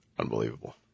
unbelievable